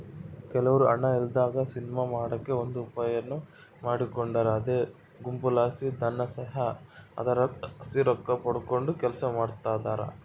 ಕೆಲವ್ರು ಹಣ ಇಲ್ಲದಂಗ ಸಿನಿಮಾ ಮಾಡಕ ಒಂದು ಉಪಾಯಾನ ಮಾಡಿಕೊಂಡಾರ ಅದೇ ಗುಂಪುಲಾಸಿ ಧನಸಹಾಯ, ಅದರಲಾಸಿ ರೊಕ್ಕಪಡಕಂಡು ಕೆಲಸ ಮಾಡ್ತದರ